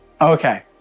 Okay